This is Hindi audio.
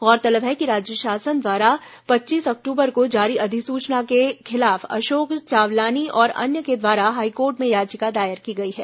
गौरतलब है कि राज्य शासन द्वारा पच्चीस अक्टूबर को जारी अधिसूचना के खिलाफ अशोक चावलानी और अन्य के द्वारा हाईकोर्ट में याचिका दायर की गई है